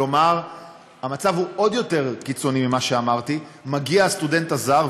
כלומר המצב הוא עוד יותר קיצוני ממה שאמרתי: מגיע הסטודנט הזר,